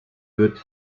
wird